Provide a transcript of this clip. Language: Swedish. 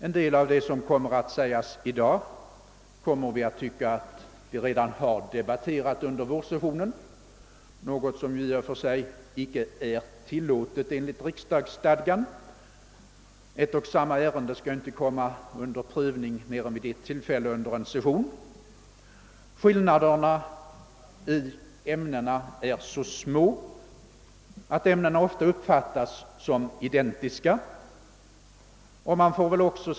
En del av det som kommer att sägas i dag kommer vi att tycka att vi redan har debatterat under vårsessionen, något som i och för sig icke är tillåtet enligt riksdagsstadgan. Ett och samma ärende skall ju inte komma under prövning vid mer än ett tillfälle under en session. Skillnaderna mellan ämnena är så små, att dessa ofta uppfattas som identiska.